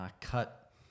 cut